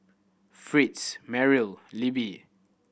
Fritz Merrily Libby